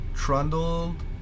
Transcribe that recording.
Trundled